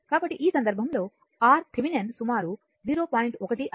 కాబట్టి ఈ సందర్భంలో RThevenin సుమారు 0